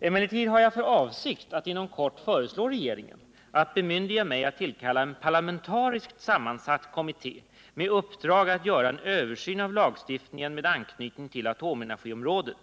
Emellertid har jag för avsikt att inom kort föreslå regeringen att bemyndiga mig att tillkalla en parlamentariskt sammansatt kommitté med uppdrag att göra en översyn av lagstiftning med anknytning till atomenergiområdet,